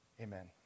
amen